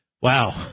wow